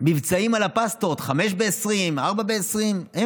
מבצעים על הפסטות: חמש ב-20, ארבע ב-20, אין.